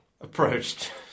approached